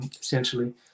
essentially